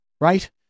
right